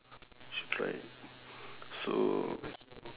you should try so